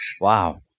Wow